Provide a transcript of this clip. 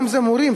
גם אם זה מורים,